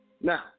Now